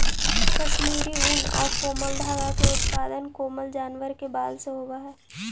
कश्मीरी ऊन आउ कोमल धागा के उत्पादन कोमल जानवर के बाल से होवऽ हइ